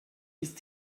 ist